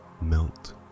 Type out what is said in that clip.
melt